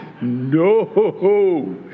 No